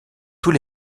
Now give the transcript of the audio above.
tous